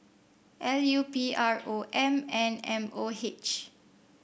L U P R O M and M O H